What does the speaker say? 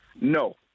No